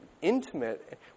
intimate